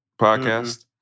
podcast